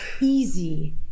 easy